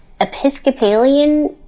Episcopalian